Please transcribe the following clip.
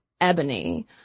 ebony